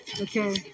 Okay